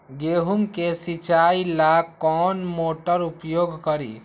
गेंहू के सिंचाई ला कौन मोटर उपयोग करी?